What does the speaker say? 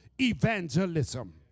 evangelism